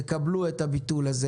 יקבלו את הביטול הזה